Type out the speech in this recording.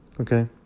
Okay